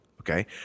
okay